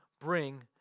bring